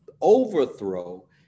overthrow